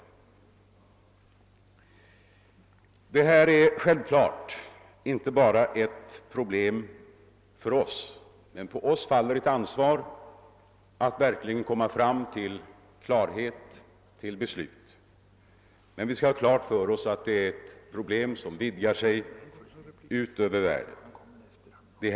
Användningen av herbicider är självfallet inte ett problem bara för oss, men på oss faller ett ansvar att komma fram till klarhet och till beslut. Vi måste dock inse att detta problem vidgar sig ut över vårt lands gränser.